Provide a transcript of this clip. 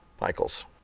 Michaels